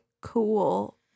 cool